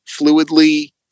fluidly